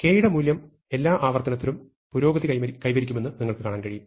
k യുടെ മൂല്യം എല്ലാ ആവർത്തനത്തിലും പുരോഗതി കൈവരിക്കുമെന്ന് നിങ്ങൾക്ക് കാണാൻ കഴിയും